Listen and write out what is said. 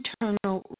internal